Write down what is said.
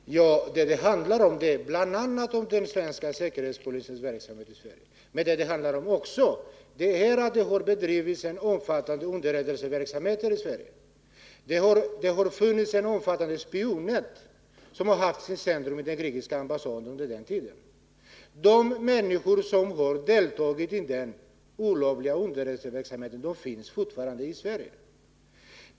Fru talman! Det handlar bl.a. om den svenska säkerhetspolisens verksamhet i Sverige. Men det handlar också om att det har bedrivits en omfattande underrättelseverksamhet i Sverige. Det har funnits ett omfattande spionnät som, under juntatiden, haft sitt centrum på den grekiska ambassaden. De människor som deltagit i den olovliga underrättelseverk samheten finns fortfarande i Sverige.